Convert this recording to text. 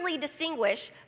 distinguish